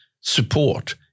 support